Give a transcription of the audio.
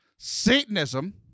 Satanism